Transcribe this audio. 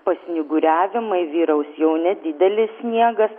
pasnyguriavimai vyraus jau nedidelis sniegas